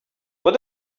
what